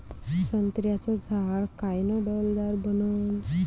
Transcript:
संत्र्याचं झाड कायनं डौलदार बनन?